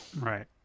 Right